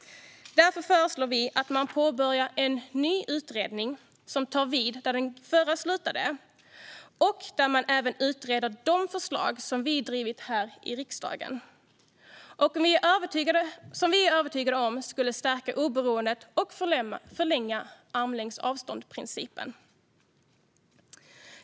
Därför föreslår vi att man ska påbörja en ny utredning som tar vid där den förra slutade och där man även utreder de förslag som vi har drivit här i riksdagen och som vi är övertygade om skulle stärka oberoendet och förlänga armlängds-avstånd-principen.